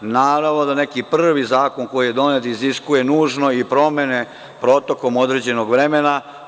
Naravno, neki prvi zakon iziskuje nužno i promene protekom određenog vremena.